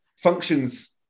functions